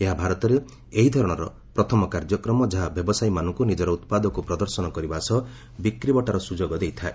ଏହା ଭାରତରେ ଏହି ଧରଣର ପ୍ରଥମ କାର୍ଯ୍ୟକ୍ରମ ଯାହା ବ୍ୟବସାୟିକମାନଙ୍କୁ ନିଜର ଉତ୍ପାଦକୁ ପ୍ରଦର୍ଶନ କରିବା ସହ ବିକ୍ରିବଟାର ସ୍ରଯୋଗ ଯୋଗାଇଥାଏ